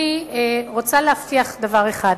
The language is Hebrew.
אני רוצה להבטיח דבר אחד,